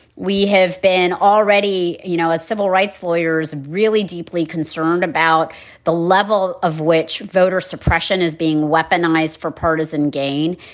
we have been already, you know, a civil rights lawyers really deeply concerned about the level of which voter suppression is being weaponized for partisan gain.